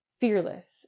fearless